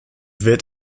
wird